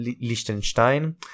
Liechtenstein